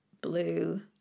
blue